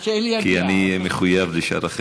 אני מדבר במקום אלי אלאלוף, עד שאלי יגיע.